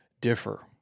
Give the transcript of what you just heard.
differ